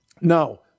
Now